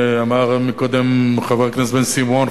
אמר מקודם חבר הכנסת בן-סימון,